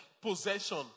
possession